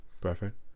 perfect